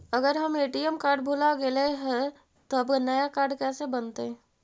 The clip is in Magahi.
अगर हमर ए.टी.एम कार्ड भुला गैलै हे तब नया काड कइसे बनतै?